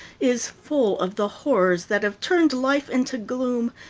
is full of the horrors that have turned life into gloom,